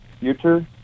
future